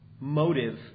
motive